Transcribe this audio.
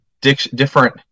different